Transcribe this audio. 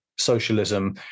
Socialism